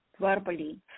verbally